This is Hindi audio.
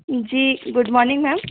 ji good morning ma'am